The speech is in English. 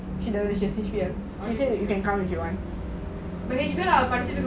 he say you can come if you want